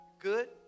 Good